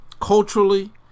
culturally